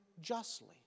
justly